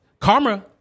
Karma